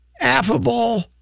affable